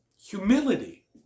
Humility